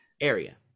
area